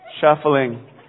shuffling